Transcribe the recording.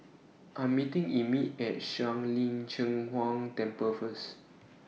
I Am meeting Emit At Shuang Lin Cheng Huang Temple First